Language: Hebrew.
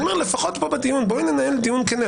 אני אומר שלפחות פה בדיון בואי ננהל דיון כן.